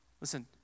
Listen